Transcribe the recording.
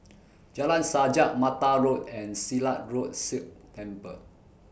Jalan Sajak Mattar Road and Silat Road Sikh Temple